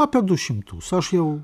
apie du šimtus aš jau